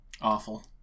Awful